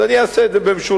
אז אני אעשה את זה במשולב.